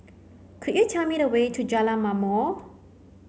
could you tell me the way to Jalan Ma'mor